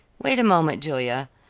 wait a moment, julia,